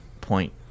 point